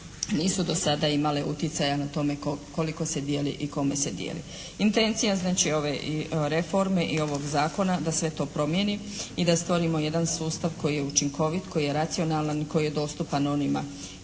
nisu do sada imale utjecaja na tome koliko se dijeli i kome se dijeli. Intencija znači ove reforme i ovog zakona da sve to promijeni i da stvorimo jedan sustav koji je učinkovit, koji je racionalan i koji je dostupan onima